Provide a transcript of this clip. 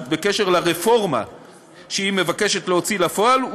בעניין הרפורמה שהיא מבקשת להוציא לפועל,